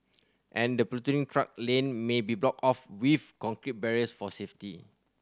and the platooning truck lane may be blocked off with concrete barriers for safety